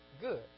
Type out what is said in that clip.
good